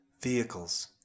vehicles